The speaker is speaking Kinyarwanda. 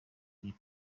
kuri